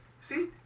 See